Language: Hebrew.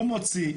הוא מוציא,